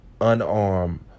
unarmed